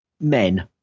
Men